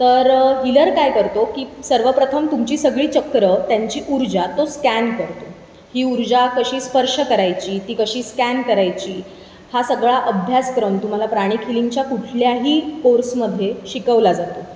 तर हिलर काय करतो की सर्वप्रथम तुमची सगळी चक्रं त्यांची ऊर्जा तो स्कॅन करतो ही ऊर्जा कशी स्पर्श करायची ती कशी स्कॅन करायची हा सगळा अभ्यासक्रम तुम्हाला प्राणिक हिलिंगच्या कुठल्याही कोर्समध्ये शिकवला जातो